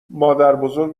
مادربزرگ